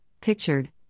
pictured